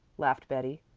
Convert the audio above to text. laughed betty.